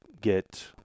get